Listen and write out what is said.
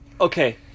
Okay